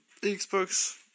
Xbox